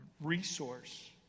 resource